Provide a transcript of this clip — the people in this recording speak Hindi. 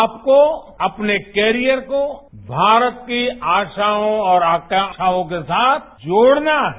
आपको अपने वैरियर को भारत की आसायों और आकांकार्यों के साथ जोडना है